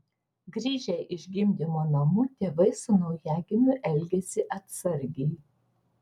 grįžę iš gimdymo namų tėvai su naujagimiu elgiasi atsargiai